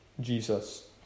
Jesus